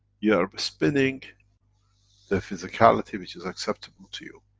you are spinning the physicality, which is acceptable to you.